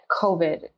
COVID